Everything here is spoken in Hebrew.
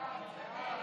תוצאות